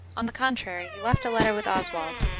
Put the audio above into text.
on the contrary, he left a letter with oswald,